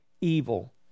evil